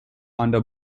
under